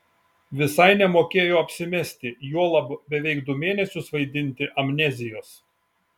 visai nemokėjo apsimesti juolab beveik du mėnesius vaidinti amnezijos